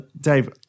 Dave